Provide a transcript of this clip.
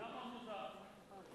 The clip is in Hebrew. למה מוזר?